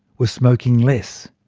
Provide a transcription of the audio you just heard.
were smoking less.